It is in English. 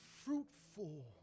fruitful